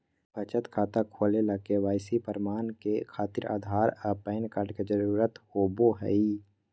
बचत खाता खोले ला के.वाइ.सी प्रमाण के खातिर आधार आ पैन कार्ड के जरुरत होबो हइ